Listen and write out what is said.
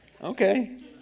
Okay